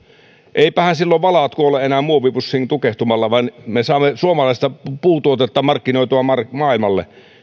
eivätpähän silloin valaat kuole enää muovipussiin tukehtumalla vaan me saamme suomalaista puutuotetta markkinoitua maailmalle